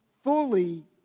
fully